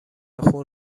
خون